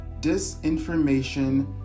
disinformation